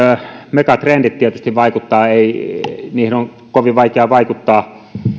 megatrendit tietysti vaikuttavat niihin on kovin vaikea vaikuttaa